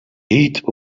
heat